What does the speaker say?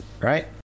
Right